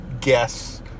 guess